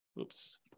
oops